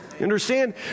Understand